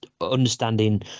understanding